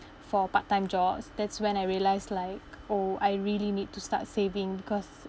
for part time jobs that's when I realised like oh I really need to start saving because